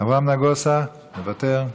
אברהם נגוסה, מוותר,